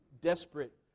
desperate